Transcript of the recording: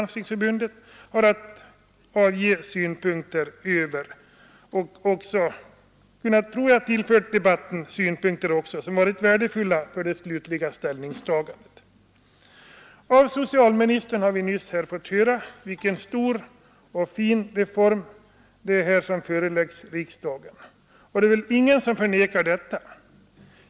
Dessa yttranden från Landstingsförbundet har tillfört debatten synpunkter som varit värdefulla för det slutliga ställningstagandet. Av socialministern har vi nyss fått höra vilken stor och fin reform som här föreläggs riksdagen. Det är väl ingen som förnekar detta.